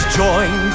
join